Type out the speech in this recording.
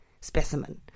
specimen